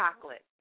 chocolate